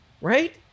right